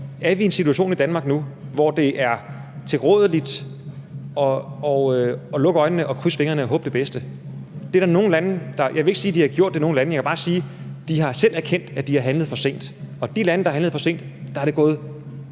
vi er i en situation i Danmark nu, hvor det er tilrådeligt at lukke øjnene og krydse fingrene og håbe det bedste. Jeg vil ikke sige, at man har gjort det i nogle lande, men jeg kan bare sige, at der er lande, der selv har erkendt, at de har handlet for sent. Og i de lande, hvor man har handlet for sent, er det gået